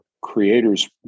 creators